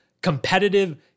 competitive